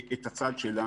חשוב להבין את הצד שלנו,